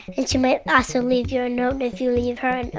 and she might also leave you a note if you leave her